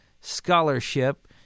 scholarship